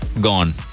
Gone